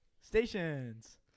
stations